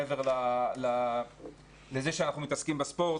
מעבר לזה שאנחנו מתעסקים בספורט.